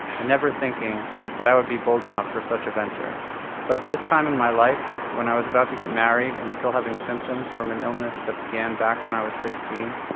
and never thinking i would be bold enough for such a venture but at this time in my life, when i was about to get married and still having symptoms from an illness that began back when i was sixteen,